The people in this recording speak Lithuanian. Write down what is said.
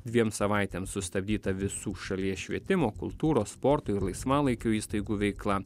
dviem savaitėms sustabdyta visų šalies švietimo kultūros sporto ir laisvalaikio įstaigų veikla